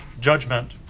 judgment